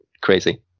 crazy